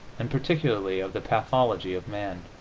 and particularly of the pathology, of man.